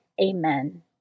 Amen